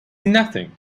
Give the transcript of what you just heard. nothing